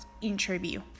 interview